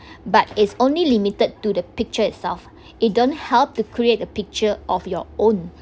but it's only limited to the picture itself it don't help to create a picture of your own